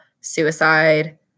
suicide